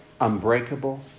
Unbreakable